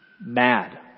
mad